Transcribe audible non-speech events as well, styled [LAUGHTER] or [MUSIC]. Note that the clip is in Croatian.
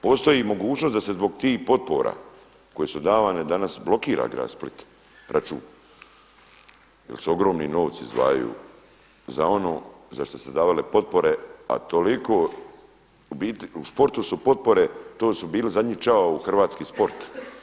Postoji mogućnost da se zbog tih potpora koje su davane danas blokira grad Split račun jel se ogromni novci izdvajaju za ono za šta su se davale potpore, a toliko u biti u sportu su potpore to su bili zadnji … [UNINTELLIGIBLE] u hrvatski sport.